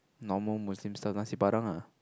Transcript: normal Muslim stuff Nasi-Padang lah